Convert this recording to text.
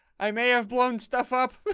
i may have blown stuff up